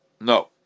No